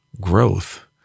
growth